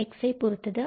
x பொருத்தது அல்ல